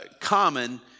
common